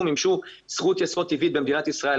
ומימשו זכות יסוד טבעית במדינת ישראל,